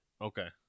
Okay